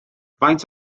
faint